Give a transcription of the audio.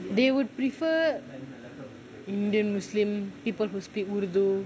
they would prefer indian muslim people who speak urdu